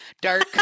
dark